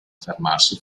fermarsi